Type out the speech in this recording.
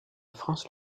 france